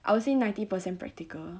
I would say ninety percent practical